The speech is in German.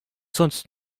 sonst